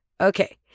Okay